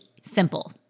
simple